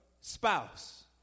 spouse